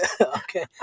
Okay